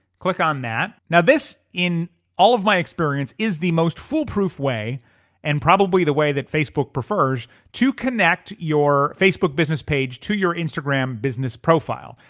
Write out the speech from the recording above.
click on that now this, in all of my experience, is the most foolproof way and probably the way that facebook prefers to connect your facebook business page to your instagram business profile.